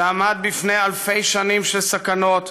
שעמד בפני אלפי שנים של סכנות,